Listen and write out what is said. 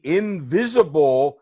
invisible